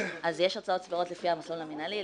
יש הוצאות סבירות לפי המסלול המינהלי,